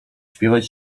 śpiewać